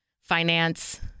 finance